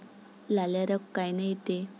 लाल्या रोग कायनं येते?